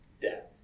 death